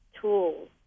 tools